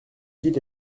ville